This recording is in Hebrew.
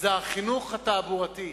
זה החינוך התעבורתי.